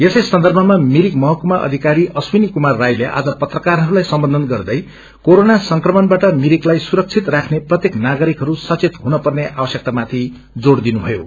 यसै सर्न्दभमा मिरिक महकुमा अधिकरी अश्वीनीकुमार रायले आ जपत्रकारहरूलाई सम्बोधन गर्दै कोरोना संक्रमणबाट मिरिकलाई सुरक्षित राख्ने प्रत्येक नागरिकहरू सचंत हुनपर्ने आवश्यकता माथि जोडत्र दिनुभ्यो